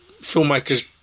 filmmakers